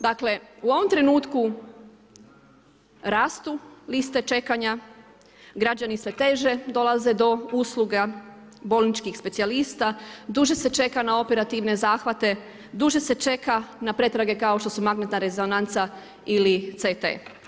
Dakle u ovom trenutku rastu liste čekanja, građani sve teže dolaze do usluga bolničkih specijalista, duže se čeka na operativne zahvate, duže se čeka na pretrage kao što su magnetna rezonanca ili CT.